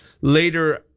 Later